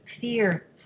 fear